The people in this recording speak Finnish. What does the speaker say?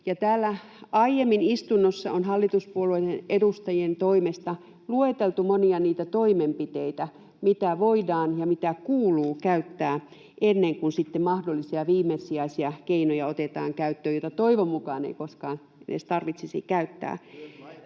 Täällä aiemmin istunnossa on hallituspuolueiden edustajien toimesta lueteltu monia niitä toimenpiteitä, mitä voidaan ja mitä kuuluu käyttää ennen kuin sitten otetaan käyttöön mahdollisia viimesijaisia keinoja, joita toivon mukaan ei koskaan edes tarvitsisi käyttää.